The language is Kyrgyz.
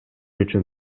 үчүн